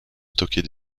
stocker